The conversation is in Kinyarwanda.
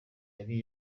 yari